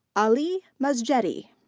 ali masjedi.